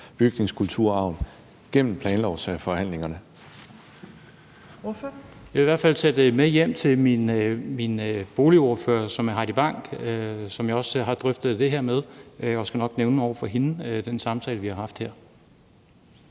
bygningskulturarven gennem planlovsforhandlingerne.